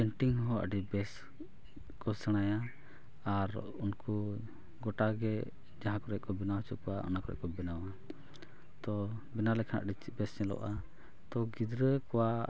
ᱦᱚᱸ ᱟ ᱰᱤᱵᱮᱥ ᱠᱚ ᱥᱮᱬᱟᱭᱟ ᱟᱨ ᱩᱱᱠᱩ ᱜᱚᱴᱟᱜᱮ ᱡᱟᱦᱟᱸ ᱠᱚᱨᱮ ᱠᱚ ᱵᱮᱱᱟᱣ ᱦᱚᱪᱚ ᱠᱚᱣᱟ ᱚᱱᱟ ᱠᱚᱨᱮᱠᱚ ᱵᱟᱱᱟᱣᱟ ᱛᱚ ᱵᱮᱱᱟᱣ ᱞᱮᱠᱷᱟᱱ ᱟᱹᱰᱤᱵᱮᱥ ᱧᱮᱞᱚᱜᱼᱟ ᱛᱚ ᱜᱤᱫᱽᱨᱟᱹ ᱠᱚᱣᱟᱜ